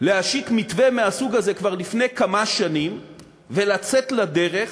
להשיק מתווה מהסוג הזה כבר לפני כמה שנים ולצאת לדרך,